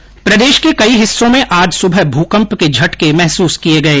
प्रदेश के कई हिस्सों में आज सुबह भूकंप के झटके महसूस किए गए